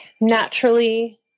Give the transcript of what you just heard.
naturally